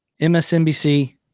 MSNBC